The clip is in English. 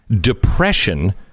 depression